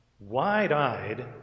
wide-eyed